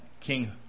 King